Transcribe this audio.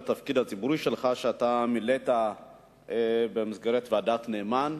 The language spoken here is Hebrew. בעיקר בתפקיד הציבורי שלך שמילאת במסגרת ועדת-נאמן,